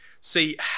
See